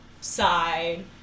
side